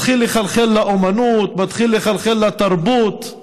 מתחיל לחלחל לאומנות, מתחיל לחלחל לתרבות,